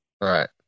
Right